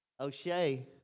O'Shea